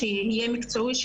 שיהיה לא מקצועי,